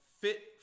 fit